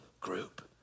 group